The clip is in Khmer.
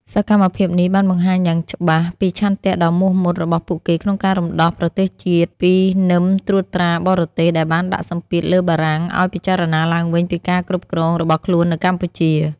សកម្មភាពនេះបានបង្ហាញយ៉ាងច្បាស់ពី ឆន្ទៈដ៏មោះមុតរបស់ពួកគេក្នុងការរំដោះប្រទេសជាតិពីនឹមត្រួតត្រាបរទេស ដែលបានដាក់សម្ពាធលើបារាំងឱ្យពិចារណាឡើងវិញពីការគ្រប់គ្រងរបស់ខ្លួននៅកម្ពុជា។